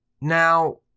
now